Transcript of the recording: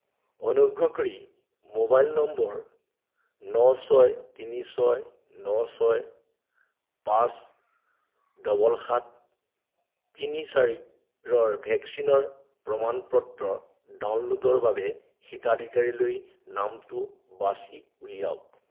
অনুগ্ৰহ কৰি mobile number ন ছয় তিনি ছয় ন ছয় পাঁচ ডবল সাত তিনি চাৰিৰ ভেক্সিনৰ প্ৰমাণ পত্ৰ ডাউনলোডৰ বাবে হিতাধিকাৰীৰ নামটো বাছি উলিয়াওক